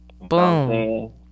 Boom